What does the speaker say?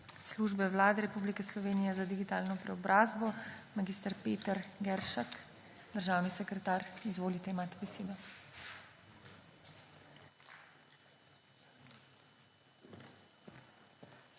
Službe Vlade Republike Slovenije za digitalno preobrazbo, mag. Peter Geršek, državni sekretar. Izvolite, imate besedo.